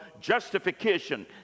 justification